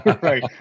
Right